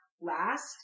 last